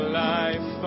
life